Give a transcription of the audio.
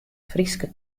fryske